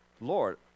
Lord